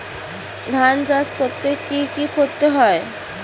ধান চাষ করতে কি কি করতে হয়?